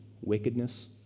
wickedness